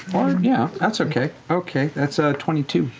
yeah, that's okay. okay, that's a twenty two.